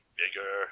bigger